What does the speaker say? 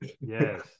Yes